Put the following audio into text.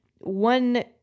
one